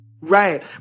Right